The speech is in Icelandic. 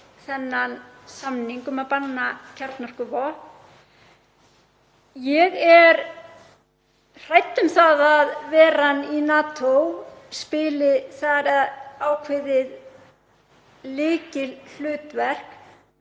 þennan samning um að banna kjarnorkuvopn. Ég er hrædd um að veran í NATO spili þar ákveðið lykilhlutverk